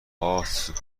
هاست